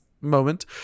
moment